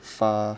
far